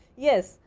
yes,